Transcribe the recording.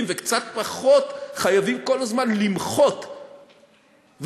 וקצת פחות חייבים כל הזמן למחות ולהתנגח,